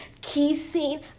kissing